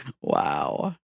Wow